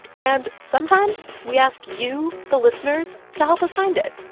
and sometimes we ask you, the listeners, to help us find it.